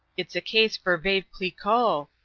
it's a case for veuve cliquot!